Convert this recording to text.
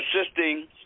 assisting